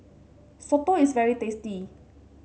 Soto is very tasty